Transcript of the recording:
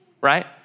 right